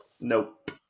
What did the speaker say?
Nope